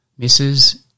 Mrs